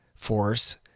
force